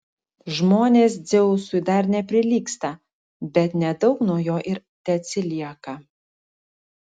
žmonės dzeusui dar neprilygsta bet nedaug nuo jo ir teatsilieka